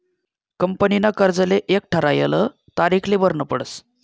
कंपनीना कर्जले एक ठरायल तारीखले भरनं पडस